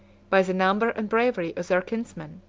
by the number and bravery of their kinsmen,